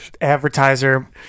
advertiser